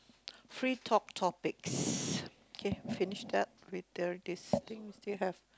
free talk topics K finish that with there this thing we still have